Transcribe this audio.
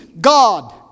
God